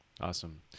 Awesome